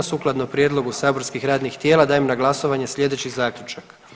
Sukladno prijedlogu saborskih radnih tijela dajem na glasovanje slijedeći zaključak.